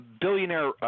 billionaire –